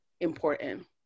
important